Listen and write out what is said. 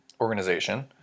organization